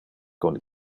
con